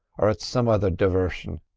or at some other divarsion.